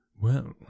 Well